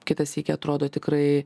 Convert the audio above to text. kitą sykį atrodo tikrai